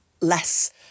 less